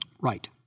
Right